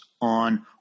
on